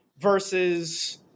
versus